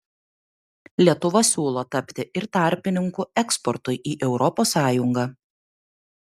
lietuva siūlo tapti ir tarpininku eksportui į europos sąjungą